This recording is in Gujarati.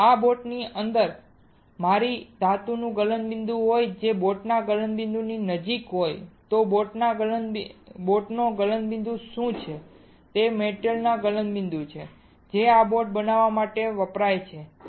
જો આ બોટની અંદર મારી ધાતુનો ગલનબિંદુ હોય જે બોટના ગલનબિંદુની નજીક હોય તો બોટનો ગલનબિંદુ શું છે તે મેટલનો ગલનબિંદુ છે જે આ બોટ બનાવવા માટે વપરાય છે